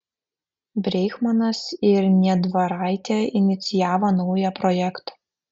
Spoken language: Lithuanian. breichmanas ir niedvaraitė inicijavo naują projektą